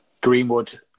Greenwood